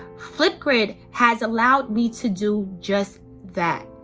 flipgrid has allowed me to do just that.